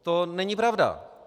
To není pravda!